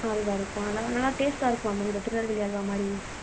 அல்வா இருக்கும் அதெல்லாம் நல்லா டேஸ்ட்டாக இருக்குமா மேம் இந்த திருநெல்வேலி அல்வாமாதிரி